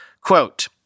Quote